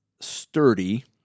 sturdy